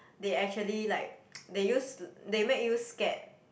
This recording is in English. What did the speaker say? they actually like they use they make you scared